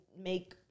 make